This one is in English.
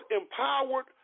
empowered